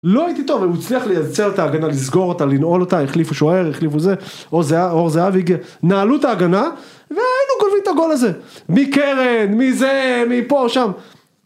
לא הייתי טוב, הוא הצליח לייצר את ההגנה, לסגור אותה, לנעול אותה, החליפו שוער, החליפו זה אור זהבי הגיע נעלו את ההגנה והיינו גונבים את הגול הזה מקרן, מזה, מפה, שם